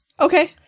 Okay